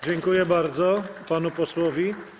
Dziękuję bardzo panu posłowi.